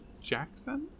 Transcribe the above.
Jackson